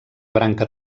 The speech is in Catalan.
branca